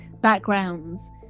backgrounds